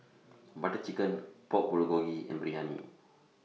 Butter Chicken Pork Bulgogi and Biryani